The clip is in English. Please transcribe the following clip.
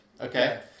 okay